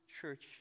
church